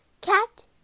Cat